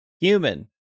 human